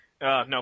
no